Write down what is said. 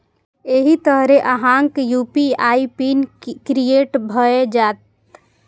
एहि तरहें अहांक यू.पी.आई पिन क्रिएट भए जाएत